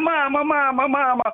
mamą mamą mamą